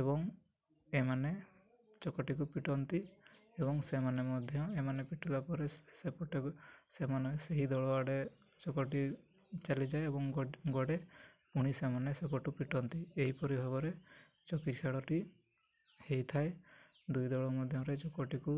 ଏବଂ ଏମାନେ ଚକଟିକୁ ପିଟନ୍ତି ଏବଂ ସେମାନେ ମଧ୍ୟ ଏମାନେ ପିଟିଲା ପରେ ସେପଟେ ସେମାନେ ସେହି ଦଳ ଆଡ଼େ ଚକଟି ଚାଲିଯାଏ ଏବଂ ଗଡ଼େ ପୁଣି ସେମାନେ ସେପଟୁ ପିଟନ୍ତି ଏହିପରି ଭାବରେ ଚକି ଖେଳଟି ହେଇଥାଏ ଦୁଇ ଦଳ ମଧ୍ୟରେ ଚକଟିକୁ